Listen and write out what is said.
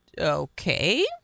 okay